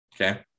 Okay